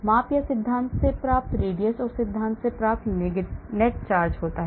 माप या सिद्धांत से प्राप्त radius और सिद्धांत से प्राप्त net charge होता है